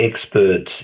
experts